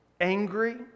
angry